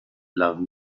love